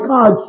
God